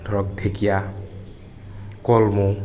ধৰক ঢেকীয়া কলমৌ